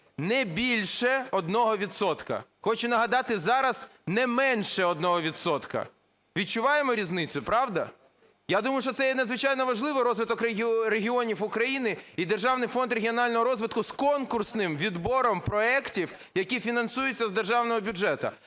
відсотка. Хочу нагадати зараз, не менше одного відсотка. Відчуваємо різницю, правда? Я думаю, що це є надзвичайно важливо розвиток регіонів України і Державний фонд регіонального фонду з конкурсним відбором проектів, які фінансуються з державного бюджету.